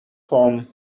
home